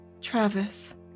Travis